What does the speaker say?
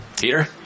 Peter